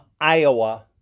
Iowa